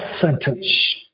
sentence